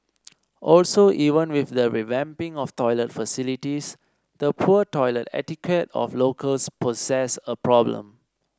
also even with the revamping of toilet facilities the poor toilet etiquette of locals poses a problem